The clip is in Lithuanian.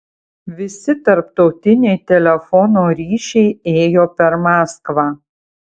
visi tarptautiniai telefono ryšiai ėjo per maskvą